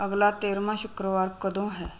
ਅਗਲਾ ਤੇਰ੍ਹਵਾਂ ਸ਼ੁੱਕਰਵਾਰ ਕਦੋਂ ਹੈ